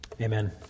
Amen